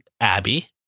Abby